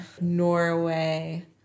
Norway